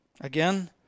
Again